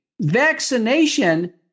Vaccination